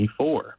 24